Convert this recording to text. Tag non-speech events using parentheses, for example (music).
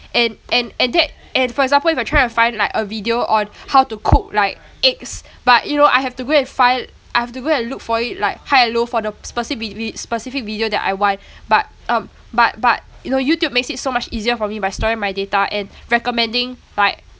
and and and that and for example if I try to find like a video on how to cook like eggs but you know I have to go and find I have to go and look for it like high and low for the speci~ vid~ specific video that I want (breath) but um but but you know youtube makes it so much easier for me by storing my data and recommending like